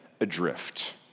adrift